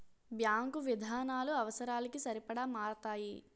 bank విధానాలు అవసరాలకి సరిపడా మారతాయి